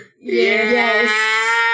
Yes